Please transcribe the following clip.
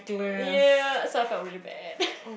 ya so I felt really bad